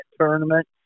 tournament